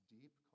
deep